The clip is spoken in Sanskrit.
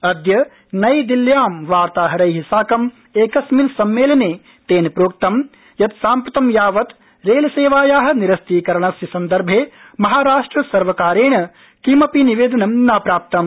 अद्य नवदिल्ल्याम् एकस्मिन् वार्ताहर सम्मेलने तेन प्रोक्तं यत् साम्प्रतं यावत् रेलसेवाया निरस्तीकरणस्य सन्दर्भे महाराष्ट्र सर्वकारेण किमपि निवेदनं न प्राप्तम्